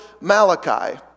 Malachi